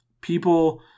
people